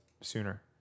sooner